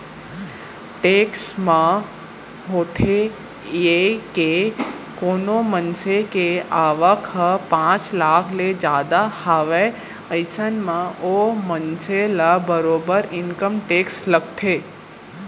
tax म होथे ये के कोनो मनसे के आवक ह पांच लाख ले जादा हावय अइसन म ओ मनसे ल बरोबर इनकम टेक्स लगथे